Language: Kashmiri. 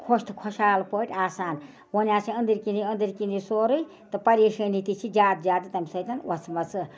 خۄش تہٕ خۄش حال پٲٹھۍ آسان وَنہِ حظ چھِ أنٛدٕرِ کِنی أنٛدٕر کِنی سورُے تہٕ پریشانی تہِ زیادٕ زیادٕ تَمہِ سۭتۍ وَژھ مَژٕ